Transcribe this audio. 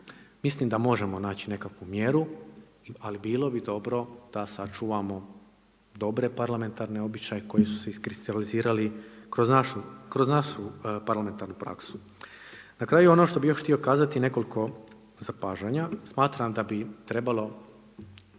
Mislim da možemo naći nekakvu mjeru ali bilo bi dobro da sačuvamo dobre parlamentarne običaje koji su se iskristalizirali kroz našu parlamentarnu praksu. Na kraju ono što bih još htio kazati nekoliko zapažanja. Smatram da bi trebalo